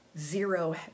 zero